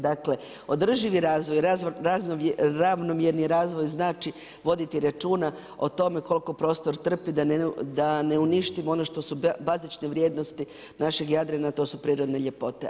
Dakle, održivi razvoj, ravnomjerni razvoj znači voditi računa o tome koliko prostor trpi da ne uništimo što su bazične vrijednosti našeg Jadrana, a to su prirodne ljepote.